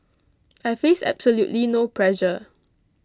I face absolutely no pressure